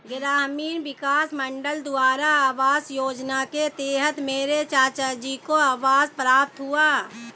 ग्रामीण विकास मंत्रालय द्वारा आवास योजना के तहत मेरे चाचाजी को आवास प्राप्त हुआ